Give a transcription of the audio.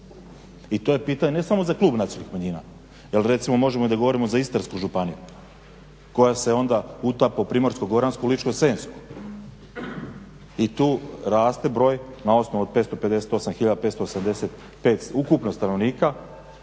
I to je pitanje ne samo za Klub nacionalnih manjina jer recimo možemo govoriti za Istarsku županiju koja se onda utapa u Primorsko-goransku, Ličko-senjsku i tu raste broj na osnovu na od 558 tisuća 585 ukupno stanovnika